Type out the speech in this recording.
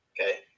Okay